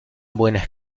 buenas